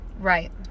Right